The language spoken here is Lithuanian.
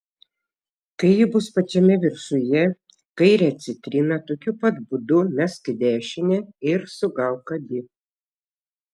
kai ji bus pačiame viršuje kairę citriną tokiu pat būdu mesk į dešinę ir sugauk abi